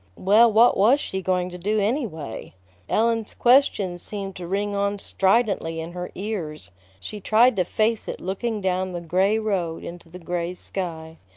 well, what was she going to do, anyway? ellen's question seemed to ring on stridently in her ears she tried to face it looking down the gray road into the gray sky.